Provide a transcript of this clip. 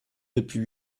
depuis